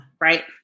Right